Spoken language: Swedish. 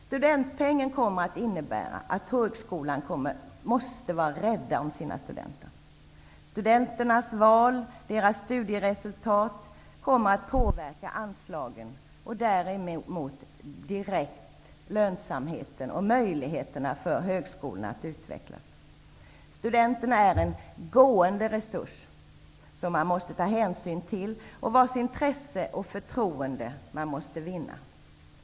Studentpengen kommer att innebära att högskolan måste vara rädd om sina studenter. Studenternas val och studieresultat kommer att påverka anslagen och därmed direkt högskolornas lönsamhet och möjligheter att utvecklas. Studenterna är en gående resurs som man måste ta hänsyn till och vars intresse och förtroende man måste vinna.